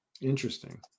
Interesting